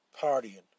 Partying